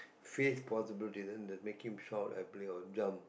face possible didn't the make him shout happily or jump